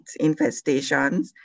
infestations